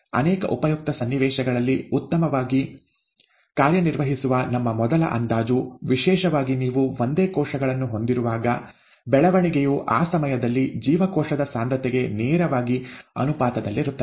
ಅನೇಕ ಉಪಯುಕ್ತ ಸನ್ನಿವೇಶಗಳಲ್ಲಿ ಉತ್ತಮವಾಗಿ ಕಾರ್ಯನಿರ್ವಹಿಸುವ ನಮ್ಮ ಮೊದಲ ಅಂದಾಜು ವಿಶೇಷವಾಗಿ ನೀವು ಒಂದೇ ಕೋಶಗಳನ್ನು ಹೊಂದಿರುವಾಗ ಬೆಳವಣಿಗೆಯು ಆ ಸಮಯದಲ್ಲಿ ಜೀವಕೋಶದ ಸಾಂದ್ರತೆಗೆ ನೇರವಾಗಿ ಅನುಪಾತದಲ್ಲಿರುತ್ತದೆ